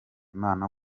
imana